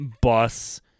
bus